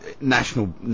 national